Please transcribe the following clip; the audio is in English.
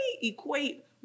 equate